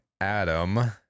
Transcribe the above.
Adam